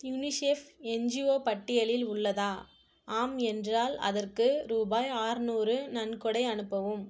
UNICEF NGO பட்டியலில் உள்ளதா ஆம் என்றால் அதற்கு ரூபாய் ஆறுநூறு நன்கொடை அனுப்பவும்